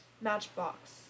Matchbox